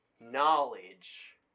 Knowledge